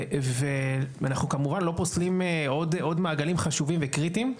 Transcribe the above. אנחנו כמובן לא פוסלים עוד מעגלים חשובים וקריטיים.